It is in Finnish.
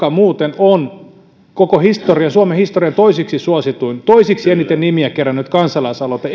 muuten on koko suomen historian toiseksi suosituin ennätysnopeasti toiseksi eniten nimiä kerännyt kansalaisaloite